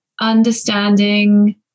understanding